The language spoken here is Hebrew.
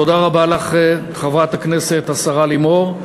תודה רבה לך, חברת הכנסת השרה לימור.